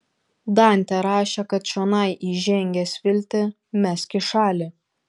dantė rašė kad čionai įžengęs viltį mesk į šalį